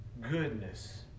goodness